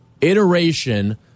iteration